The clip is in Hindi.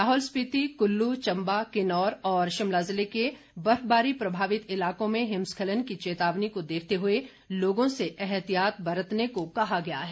लाहौल स्पिति कुल्लू चम्बा किन्नौर और शिमला जिले के बर्फबारी प्रभावित इलाकों में हिमस्खलन की चेतावनी को देखते हुए लोगों से एहतियात बरतने को कहा गया है